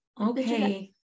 Okay